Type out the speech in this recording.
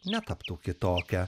netaptų kitokia